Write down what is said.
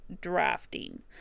drafting